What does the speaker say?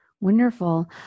Wonderful